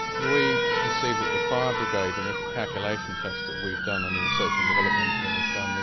we perceive that the fire brigade and the calculation tests that we've done and the research and development engineer has done,